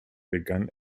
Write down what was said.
begann